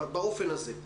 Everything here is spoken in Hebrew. באופן הזה.